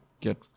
get